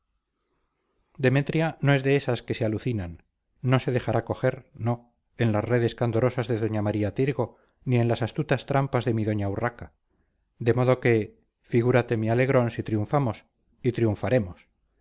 demetria no es de estas que se alucinan no se dejará coger no en las redes candorosas de doña maría tirgo ni en las astutas trampas de mi doña urraca de modo que figúrate mi alegrón si triunfamos y triunfaremos